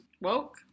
woke